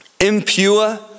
impure